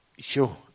Sure